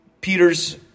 Peter's